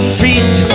feet